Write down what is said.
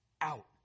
out